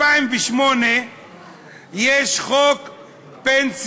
אדוני ינמק את הצעתו במשך שש דקות כאן, מן הדוכן.